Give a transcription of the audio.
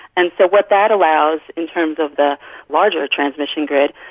and so what that allows in terms of the larger transmission grid,